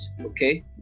okay